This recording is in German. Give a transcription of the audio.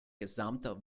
gesamte